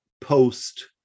post